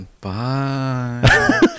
Bye